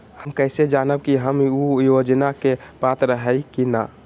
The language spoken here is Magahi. हम कैसे जानब की हम ऊ योजना के पात्र हई की न?